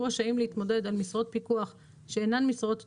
רשאים להתמודד על משרות פיקוח שאינן משרות תחיליות,